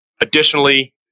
Additionally